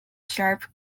sharp